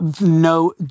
no